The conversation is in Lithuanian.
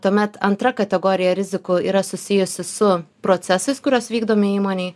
tuomet antra kategorija rizikų yra susijusi su procesais kuriuos vykdome įmonėj